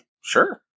sure